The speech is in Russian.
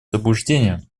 заблуждение